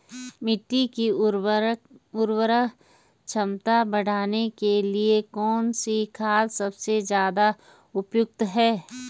मिट्टी की उर्वरा क्षमता बढ़ाने के लिए कौन सी खाद सबसे ज़्यादा उपयुक्त है?